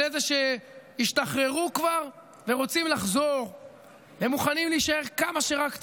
על אלה שהשתחררו כבר ורוצים לחזור והם מוכנים להישאר כמה שרק צריך.